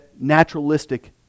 naturalistic